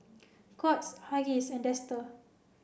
Courts Huggies and Dester